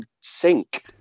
sink